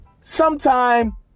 Sometime